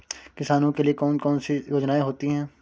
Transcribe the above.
किसानों के लिए कौन कौन सी योजनायें होती हैं?